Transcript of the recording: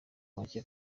make